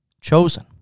chosen